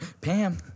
Pam